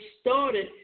started